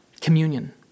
Communion